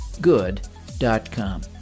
good.com